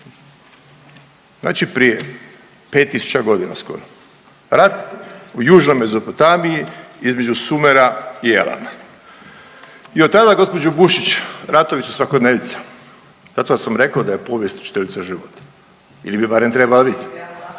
znači prije 5 tisuća godina skoro, rat u južnoj Mezopotamiji između Sumera i Elama i od tada gđo. Bušić ratovi su svakodnevica i zato sam rekao da je povijest učiteljica života ili bi barem trebala biti,